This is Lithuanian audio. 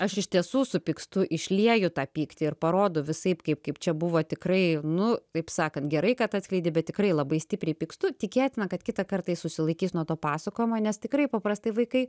aš iš tiesų supykstu išlieju tą pyktį ir parodau visaip kaip kaip čia buvo tikrai nu taip sakant gerai kad atskleidi bet tikrai labai stipriai pykstu tikėtina kad kitą kartą jis susilaikys nuo to pasakojimo nes tikrai paprastai vaikai